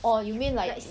or you mean like